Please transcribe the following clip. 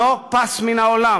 לא פס מן העולם.